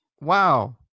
wow